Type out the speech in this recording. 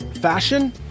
fashion